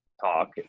talk